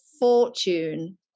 fortune